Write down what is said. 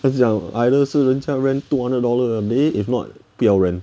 他是讲 either 是人家 rent two hundred dollar a day if not 不要 rent